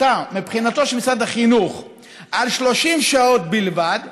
מבחינתו של משרד החינוך על 30 שעות בלבד.